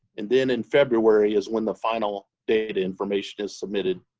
and then in february is when the final data information is submitted